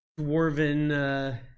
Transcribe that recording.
dwarven